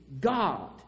God